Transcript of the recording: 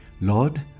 Lord